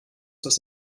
das